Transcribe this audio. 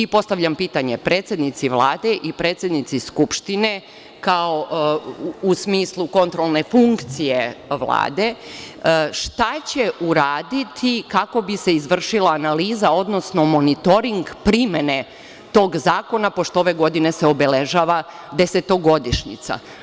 Postavljam pitanje predsednici Vlade i predsednici Skupštine, u smislu kontrolne funkcije Vlade, šta će uraditi kako bi se izvršila analiza, odnosno monitoring primene tog zakona, pošto se ove godine obeležava desetogodišnjica?